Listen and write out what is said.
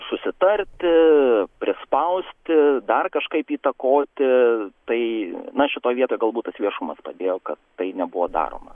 susitarti prispausti dar kažkaip įtakoti tai na šitoj vietoj galbūt viešumas todėl kad tai nebuvo daroma